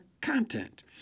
content